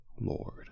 Lord